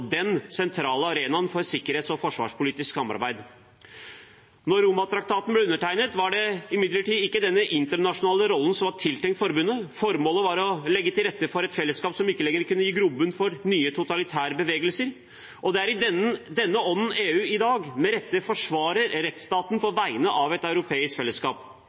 den sentrale arenaen for sikkerhets- og forsvarspolitisk samarbeid. Da Romatraktaten ble undertegnet, var det imidlertid ikke denne internasjonale rollen som var tiltenkt forbundet, formålet var å legge til rette for et fellesskap som ikke lenger kunne gi grobunn for nye totalitære bevegelser. Det er i denne ånd EU i dag med rette forsvarer rettsstaten på vegne av et europeisk fellesskap.